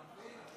זאב,